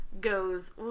goes